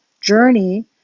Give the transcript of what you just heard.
journey